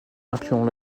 incluant